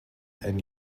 and